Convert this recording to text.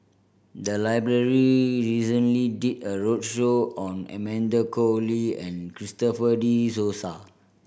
the library recently did a roadshow on Amanda Koe Lee and Christopher De